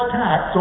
tax